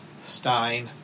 Stein